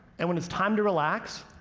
and when it's time to relax,